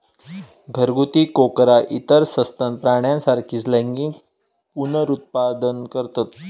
घरगुती कोकरा इतर सस्तन प्राण्यांसारखीच लैंगिक पुनरुत्पादन करतत